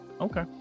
Okay